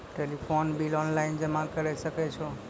Telephone bill online जमा करै सकै छौ?